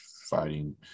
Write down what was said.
fighting